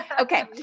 Okay